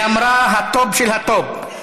היא אמרה: הטופ של הטופ,